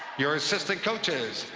your assistant coaches,